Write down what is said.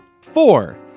Four